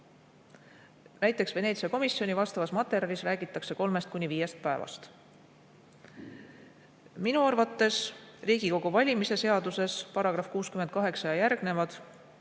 Näiteks Veneetsia komisjoni vastavas materjalis räägitakse kolmest kuni viiest päevast. Minu arvates Riigikogu valimise seaduse § 68 ja järgnevad,